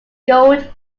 gold